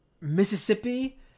Mississippi